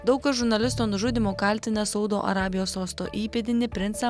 daug kas žurnalisto nužudymu kaltina saudo arabijos sosto įpėdinį princą